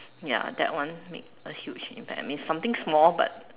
ya that one made a huge impact I mean something small but